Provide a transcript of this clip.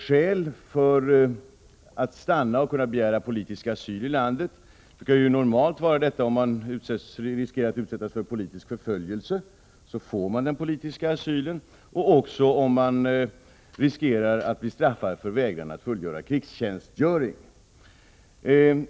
Skäl för att få stanna och begära politisk asyl i landet är normalt att man riskerar att utsättas för politisk förföljelse. Då får man politisk asyl. Det gäller också om man riskerar att bli straffad för vägran att fullgöra krigstjänstgöring.